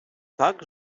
так